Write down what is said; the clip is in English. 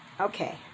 Okay